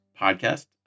podcast